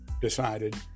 decided